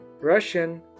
Russian